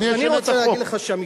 אני רוצה להגיד לך,